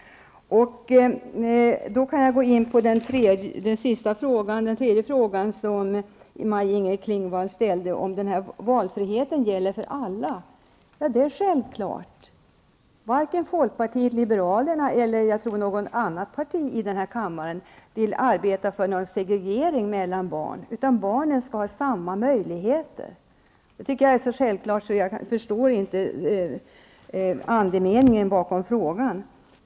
Jag kan då gå in på den tredje fråga som Maj-Inger Klingvall ställde, nämligen om valfriheten gäller för alla. Det är självklart. Varken folkpartiet liberalerna eller något annat parti här i kammaren vill, tror jag, arbeta för någon segregering av barn. Barnen skall ha samma möjligheter. Det tycker jag är så självklart att jag inte förstår tanken bakom frågan.